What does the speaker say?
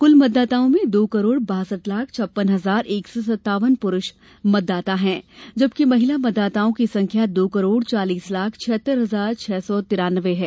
कुल मतदाताओं में दो करोड़ बासठ लाख छप्पन हजार एक सौ सत्तावन पुरुष मतदाता हैं जबकि महिला मतदाताओं की संख्या दो करोड़ चालीस लाख छियत्तर हजार छह सौ तिरान्नवे है